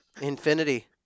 Infinity